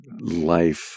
life